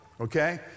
okay